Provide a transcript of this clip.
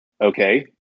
Okay